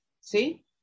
see